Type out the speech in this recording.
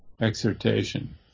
exhortation